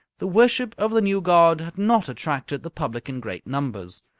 the worship of the new god had not attracted the public in great numbers.